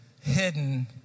hidden